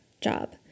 job